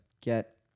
get